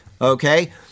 Okay